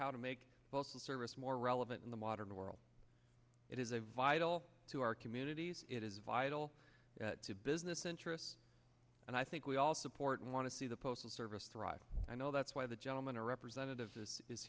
how to make postal service more relevant in the modern world it is a vital to our communities it is vital to business interests and i think we all support and want to see the postal service thrive i know that's why the gentleman or representative this is